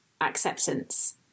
acceptance